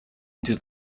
into